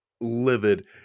livid